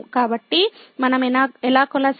కాబట్టి మనం ఎలా కొనసాగాలి